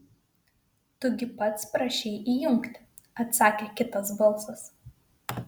tu gi pats prašei įjungti atsakė kitas balsas